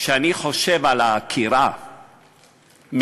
כשאני חושב על העקירה מגוש-קטיף,